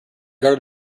garden